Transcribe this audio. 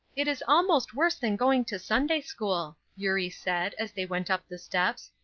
it is almost worse than going to sunday-school, eurie said, as they went up the steps,